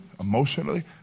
emotionally